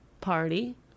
party